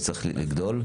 שצריך לגדול?